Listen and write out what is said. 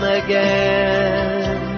again